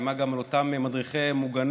היא איימה גם על אותם מדריכי מוגנות